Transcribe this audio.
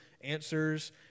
answers